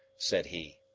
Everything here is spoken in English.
said he.